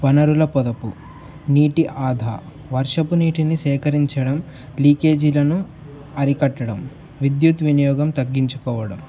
వనరుల పొదుపు నీటి ఆదా వర్షపు నీటిని సేకరించడం లీకేజీలను అరికట్టడం విద్యుత్ వినియోగం తగ్గించుకోవడం